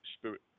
spirit